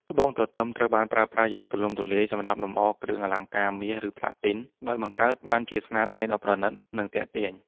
ត្បូងទទឹមត្រូវបានប្រើប្រាស់យ៉ាងទូលំទូលាយសម្រាប់លម្អគ្រឿងអលង្ការមាស ឬផ្លាទីន ដោយបង្កើតបានជាស្នាដៃដ៏ប្រណិត និងទាក់ទាញ។